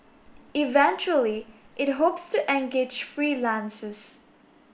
eventually it hopes to engage freelances